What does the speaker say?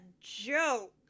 joke